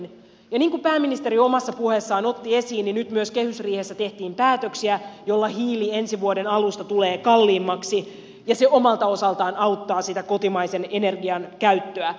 ja niin kuin pääministeri omassa puheessaan otti esiin nyt myös kehysriihessä tehtiin päätöksiä joilla hiili ensi vuoden alusta tulee kalliimmaksi ja se omalta osaltaan auttaa sitä kotimaisen energian käyttöä